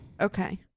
Okay